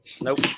nope